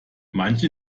manche